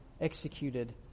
executed